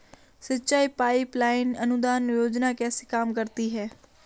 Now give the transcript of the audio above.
सिंचाई pipeline अनुदान योजना कैसे काम करती है?